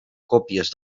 còpies